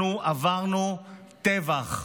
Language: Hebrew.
אנחנו עברנו טבח.